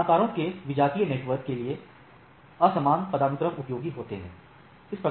विभिन्न आकारों के विजातीय नेटवर्क के लिए असमान पदानुक्रम उपयोगी होते हैं